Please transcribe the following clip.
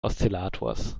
oszillators